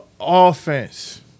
offense